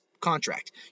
contract